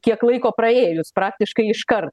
kiek laiko praėjus praktiškai iškart